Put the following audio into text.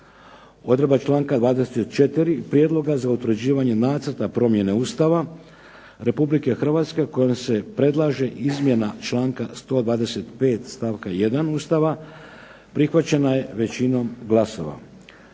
Odredba članka 24. prijedloga za utvrđivanje nacrta promjene Ustava Republike Hrvatske kojom se predlaže izmjena članka 125. stavka 1. Ustava prihvaćena je većinom glasova.